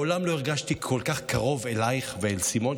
ומעולם לא הרגשתי כל כך קרוב אלייך ואל סימון,